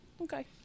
Okay